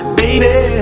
baby